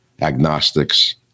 agnostics